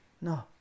No